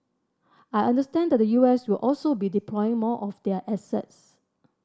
I understand that the U S will also be deploying more of their assets